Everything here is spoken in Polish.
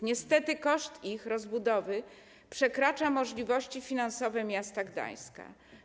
Niestety koszt ich rozbudowy przekracza możliwości finansowe miasta Gdańska.